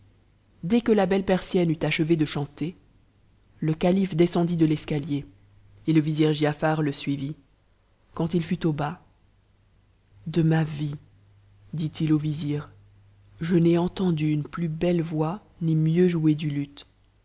dès que la belle persienne eut achevé de chanter le calife descendit do l'escalier et le vizir giafarle suivit quand il fut au bas de ma vie lit il au vizir je n'ai entendu une plus belle voix ni mieux jouer du luth